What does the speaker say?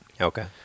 Okay